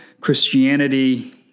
Christianity